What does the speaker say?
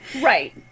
Right